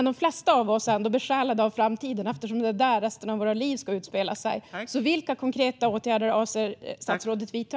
De flesta av oss är ändå besjälade av framtiden, eftersom det är där resten av våra liv ska utspela sig. Vilka konkreta åtgärder avser statsrådet att vidta?